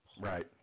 Right